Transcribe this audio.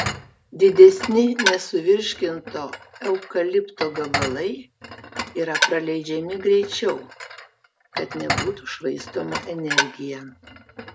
didesni nesuvirškinto eukalipto gabalai yra praleidžiami greičiau kad nebūtų švaistoma energija